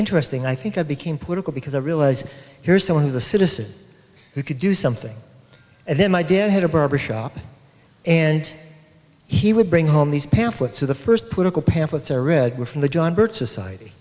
interesting i think i became political because i realized here's someone who's a citizen who could do something and then my dad had a barber shop and he would bring home these pamphlets for the first political pamphlet separate from the john birch society